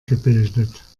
gebildet